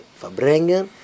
verbrengen